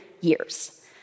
years